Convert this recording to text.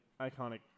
iconic